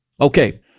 Okay